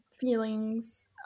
feelings